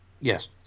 Yes